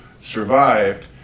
survived